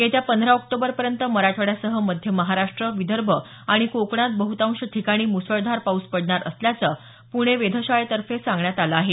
येत्या पंधरा ऑक्टोबरपर्यँत मराठवाड्यासह मध्य महाराष्ट्र विदर्भ आणि कोकणात बहुतांश ठिकाणी म्रसळधार पाऊस पडणार असल्याचं पुणे वेधशाळेतर्फे सांगण्यात आलं आहे